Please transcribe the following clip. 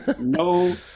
no